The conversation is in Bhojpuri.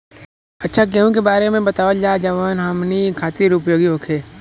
अच्छा गेहूँ के बारे में बतावल जाजवन हमनी ख़ातिर उपयोगी होखे?